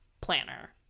planner